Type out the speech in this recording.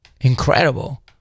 incredible